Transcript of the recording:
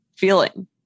feeling